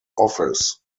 office